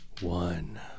one